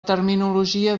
terminologia